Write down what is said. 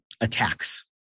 attacks